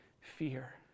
fear